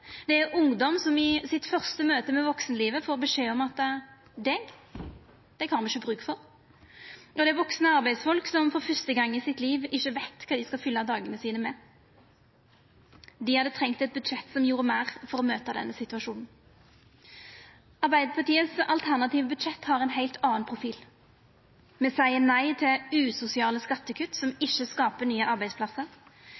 Det er ungdom som i sitt fyrste møte med vaksenlivet får beskjed om at deg har me ikkje bruk for. Det er vaksne arbeidsfolk som for fyrste gong i sitt liv ikkje veit kva dei skal fylla dagane sine med. Dei hadde trengt eit budsjett som gjorde meir for å møta denne situasjonen. Arbeidarpartiets alternative budsjett har ein heilt annan profil. Me seier nei til usosiale skattekutt som